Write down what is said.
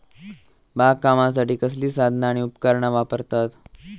बागकामासाठी कसली साधना आणि उपकरणा वापरतत?